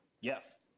Yes